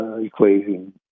equation